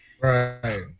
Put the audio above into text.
Right